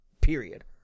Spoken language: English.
Period